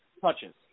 touches